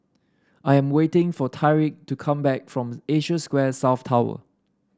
I am waiting for Tyrique to come back from Asia Square South Tower